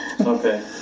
Okay